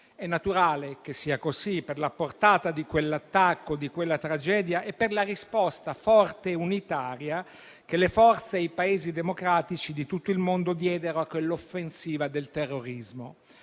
È naturale che sia così, per la portata di quell'attacco e di quella tragedia e per la risposta forte e unitaria che le forze e i Paesi democratici di tutto il mondo diedero a quell'offensiva del terrorismo.